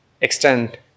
extend